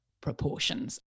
proportions